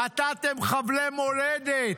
נתתם חבלי מולדת.